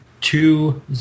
two